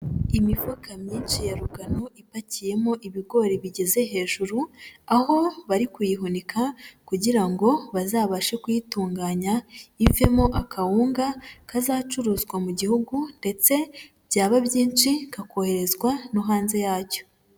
Imifuka myinshi ya rugano ipakiyemo ibigori bigeze hejuru, aho bari kuyihunika kugira bazabashe kuyitunganya ivemo akawunga kazacuruzwa mu gihugu ndetse byaba byinshi kakoherezwa no hanze yacyo.